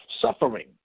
suffering